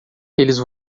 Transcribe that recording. eles